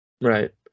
Right